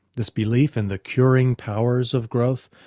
this belief in the curing powers of growth,